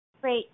Great